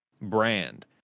brand